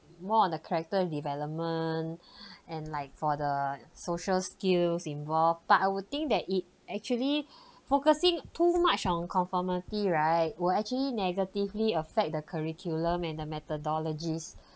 more on the character development and like for the social skills involved but I would think that it actually focusing too much on conformity right will actually negatively affect the curriculum and the methodologies